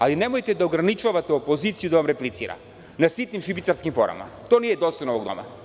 Ali, nemojte da ograničavate opoziciju da vam replicira na sitnim šibicarskim forama, to nije dostojno ovog doma.